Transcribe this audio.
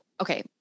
okay